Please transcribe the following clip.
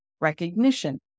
recognition